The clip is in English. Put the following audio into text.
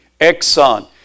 Exxon